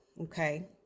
Okay